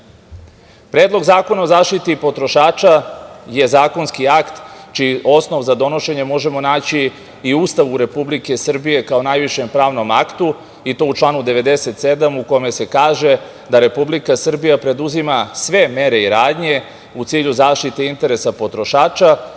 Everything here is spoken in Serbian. zakona o zaštiti potrošača je zakonski akt čiji osnov za donošenje možemo naći i u Ustavu Republike Srbije, kao najvišem pravnom aktu, i to u članu 97. u kome se kaže da Republika Srbija preduzima sve mere i radnje u cilju zaštite interesa potrošača